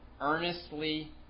earnestly